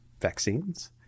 vaccines